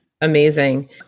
amazing